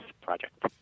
project